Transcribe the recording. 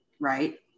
right